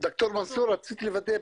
ד"ר מנסור, רציתי לוודא,